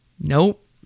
Nope